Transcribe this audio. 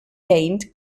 gained